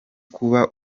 kuba